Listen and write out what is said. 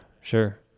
sure